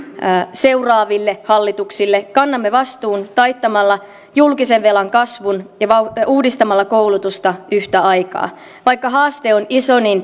seuraaville hallituksille kannamme vastuun taittamalla julkisen velan kasvun ja uudistamalla koulutusta yhtä aikaa vaikka haaste on iso